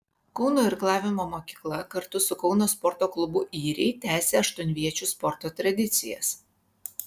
kauno irklavimo mokykla kartu su kauno sporto klubu yriai tęsė aštuonviečių sporto tradicijas